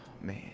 man